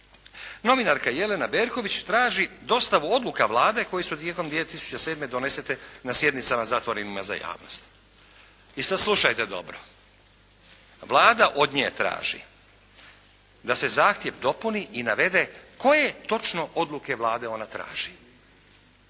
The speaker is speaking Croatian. Novinarka Jelena Berković traži dostavu odluka Vlade koje su tijekom 2007. donesene na sjednicama zatvorenim za javnost. I sad slušajte dobro. Vlada od nje traži da se zahtjev dopuni i navede koje točno odluke ona traži.